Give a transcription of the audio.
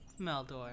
Meldor